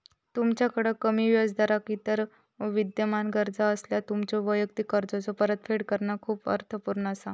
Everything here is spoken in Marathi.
तुमच्याकड कमी व्याजदरावर इतर विद्यमान कर्जा असल्यास, तुमच्यो वैयक्तिक कर्जाचो परतफेड करणा खूप अर्थपूर्ण असा